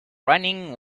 running